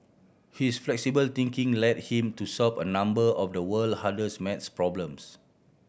his flexible thinking led him to solve a number of the world hardest math problems